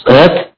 earth